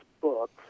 books